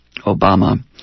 Obama